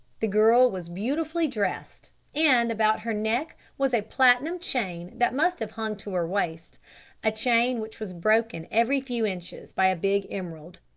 the girl was beautifully dressed, and about her neck was a platinum chain that must have hung to her waist a chain which was broken every few inches by a big emerald.